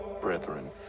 Brethren